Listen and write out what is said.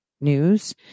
news